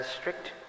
strict